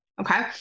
Okay